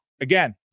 again